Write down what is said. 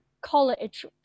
college